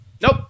Nope